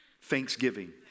Thanksgiving